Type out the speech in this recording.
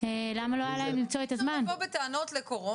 פרק ז' שאנחנו דנים בו היום הוא החלק הראשון בתיקוני